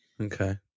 Okay